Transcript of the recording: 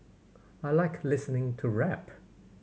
I like listening to rap